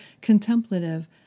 contemplative